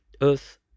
earth